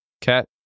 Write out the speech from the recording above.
Cat